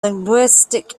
linguistic